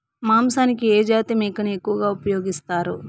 మాంసానికి ఏ జాతి మేకను ఎక్కువగా ఉపయోగిస్తారు?